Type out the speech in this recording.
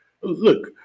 Look